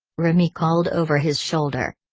remy called over his shoulder.